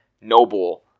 noble